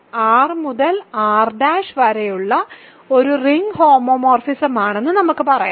R മുതൽ R' വരെയുള്ള ഒരു റിംഗ് ഹോമോമോർഫിസമാണെന്ന് നമുക്ക് പറയാം